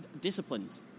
disciplined